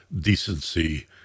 decency